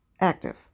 active